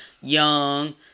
young